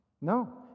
No